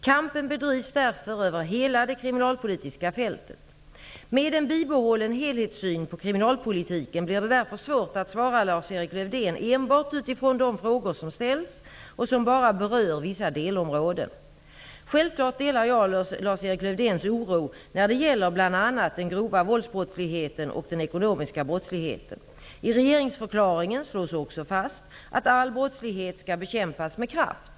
Kampen bedrivs därför över hela det kriminalpolitiska fältet. Med en bibehållen helhetssyn på kriminalpolitiken blir det därför svårt att svara Lars-Erik Lövdén enbart utifrån de frågor som ställs och som bara berör vissa delområden. Självklart delar jag Lars-Erik Lövdéns oro när det gäller bl.a. den grova våldsbrottsligheten och den ekonomiska brottsligheten. I regeringsförklaringen slås också fast att all brottslighet skall bekämpas med kraft.